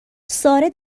ساره